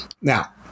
now